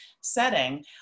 setting